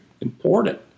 important